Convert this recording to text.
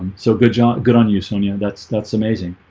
so good job good on you sonya. that's that's amazing.